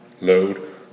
Load